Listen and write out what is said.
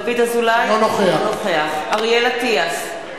אינו נוכח אריאל אטיאס,